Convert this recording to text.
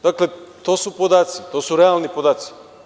Dakle, to su podaci, to su realni podaci.